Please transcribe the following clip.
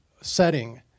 setting